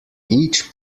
each